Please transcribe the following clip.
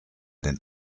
den